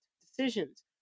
decisions